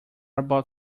about